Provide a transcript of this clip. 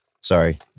Sorry